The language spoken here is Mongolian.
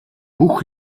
бүх